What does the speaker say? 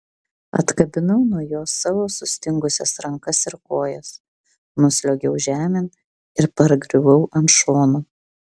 atkabinau nuo jo savo sustingusias rankas ir kojas nusliuogiau žemėn ir pargriuvau ant šono